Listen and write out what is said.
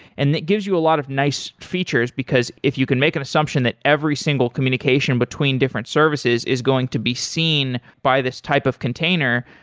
and that gives you a lot of nice features, because if you can make an assumption that every single communication between different services is going to be seen by this type of container,